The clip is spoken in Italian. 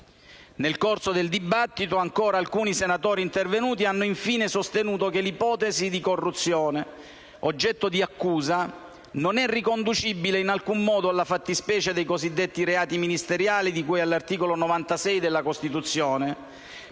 Nel corso del dibattito, alcuni senatori intervenuti hanno infine sostenuto che l'ipotesi di corruzione, oggetto dell'accusa, non è riconducibile in alcun modo alla fattispecie dei cosiddetti reati ministeriali di cui all'articolo 96 della Costituzione,